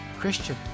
Christian